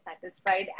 satisfied